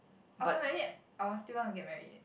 ultimately I will still want to get married